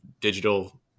digital